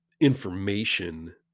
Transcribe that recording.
information